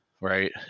right